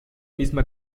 misma